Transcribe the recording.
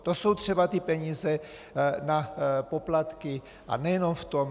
To jsou třeba ty peníze na poplatky, a nejenom v tom.